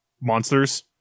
monsters